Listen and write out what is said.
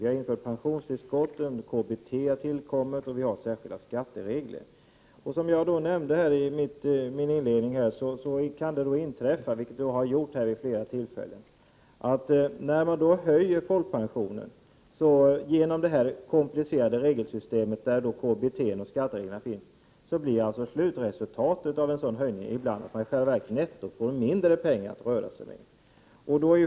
Vi har infört pensionstillskott, KBT och särskilda skatteregler. När vi höjer folkpensionen kan det, som jag sade i mitt inledningsanförande, inträffa — det har det gjort vid flera tillfällen — att slutresultatet i själva verket blir att man får mindre pengar att röra sig med netto, och det beror på det komplicerade regelsystemet, där KBT kommer in genom skattereglerna.